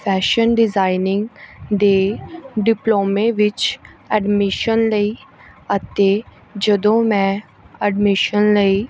fashion designing ਦੇ ਡਿਪਲੋਮੇ ਵਿੱਚ ਐਡਮਿਸ਼ਨ ਲਈ ਅਤੇ ਜਦੋਂ ਮੈਂ ਐਡਮਿਸ਼ਨ ਲਈ